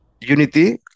unity